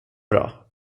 bra